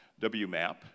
WMAP